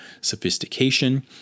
sophistication